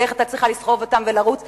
היתה צריכה לסחוב אותם ולרוץ בדרך,